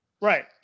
right